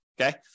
okay